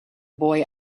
boy